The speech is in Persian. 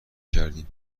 کردیم